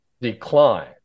decline